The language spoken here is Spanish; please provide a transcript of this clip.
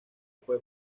fue